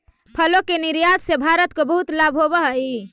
फलों के निर्यात से भारत को बहुत लाभ होवअ हई